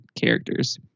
characters